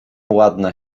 ładna